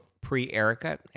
pre-Erica